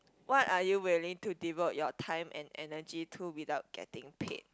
what are you willing to devote your time and energy to without getting paid